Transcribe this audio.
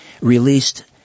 released